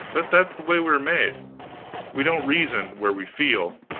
but that is the way we are made we don't reason, where we feel